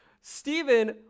Stephen